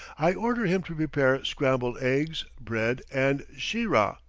i order him to prepare scrambled eggs, bread, and sheerah.